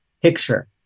picture